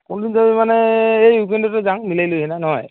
কোন কোন যাবি মানে এই ইউকেণ্ডতে যাম মিলাই লৈ কেনে নহয়